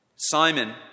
Simon